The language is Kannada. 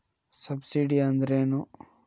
ಸಬ್ಸಿಡಿ ಅಂದ್ರೆ ಏನು?